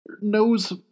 knows